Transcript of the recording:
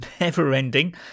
never-ending